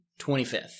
25th